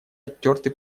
оттерты